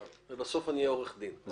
בסוף אני אהיה עורך דין.